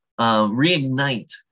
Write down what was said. reignite